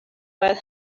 باید